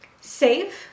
save